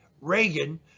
Reagan